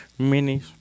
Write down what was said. Minis